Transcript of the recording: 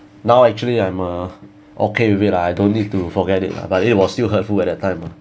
now actually I'm uh okay with it lah I don't need to forget it lah but it was still hurtful at that time ah